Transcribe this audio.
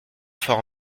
forts